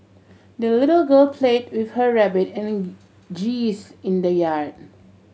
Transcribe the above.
the little girl played with her rabbit and geese in the yard